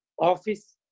Office